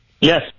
Yes